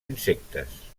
insectes